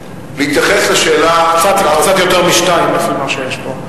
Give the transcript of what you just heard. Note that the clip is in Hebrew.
להתייחס לשאלה קצת יותר משתיים לפי מה שיש פה.